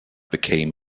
became